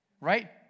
right